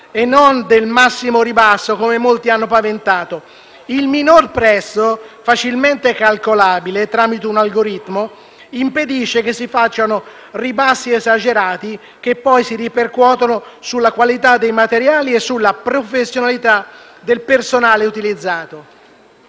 e non del massimo ribasso, come molti hanno paventato. *(Commenti del senatore Mirabelli)*. Il minor prezzo, facilmente calcolabile tramite un algoritmo, impedisce che si facciano ribassi esagerati, che poi si ripercuotono sulla qualità dei materiali e sulla professionalità del personale utilizzato.